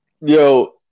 Yo